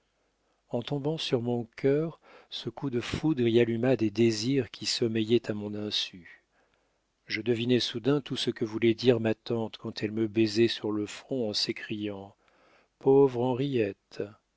en tombant sur mon cœur ce coup de foudre y alluma des désirs qui sommeillaient à mon insu je devinai soudain tout ce que voulait dire ma tante quand elle me baisait sur le front en s'écriant pauvre henriette